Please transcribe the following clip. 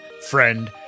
friend